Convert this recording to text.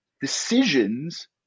Decisions